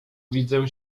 widzę